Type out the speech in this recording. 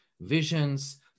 visions